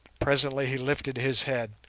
presently he lifted his head,